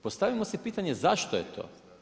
Postavimo si pitanje zašto je to.